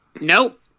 Nope